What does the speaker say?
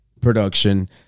production